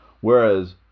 Whereas